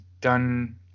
done